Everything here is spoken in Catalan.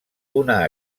una